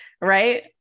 right